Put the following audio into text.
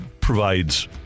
provides